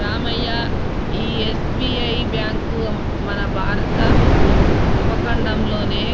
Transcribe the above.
రామయ్య ఈ SBI bank మన భారత ఉపఖండంలోనే